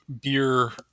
beer